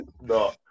No